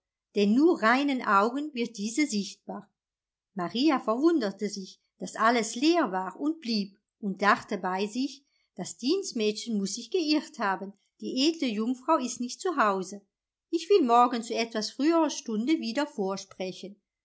denn nur reinen augen wird diese sichtbar maria verwunderte sich daß alles leer war und blieb und dachte bei sich das dienstmädchen muß sich geirrt haben die edle jungfrau ist nicht zu hause ich will morgen zu etwas früherer stunde wieder vorsprechen